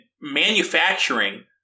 manufacturing